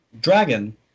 dragon